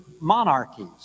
monarchies